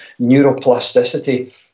neuroplasticity